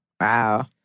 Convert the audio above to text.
Wow